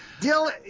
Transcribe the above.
Dylan